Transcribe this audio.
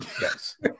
Yes